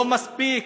לא מספיק